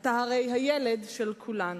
אתה הרי הילד של כולנו.